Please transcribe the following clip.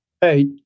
Hey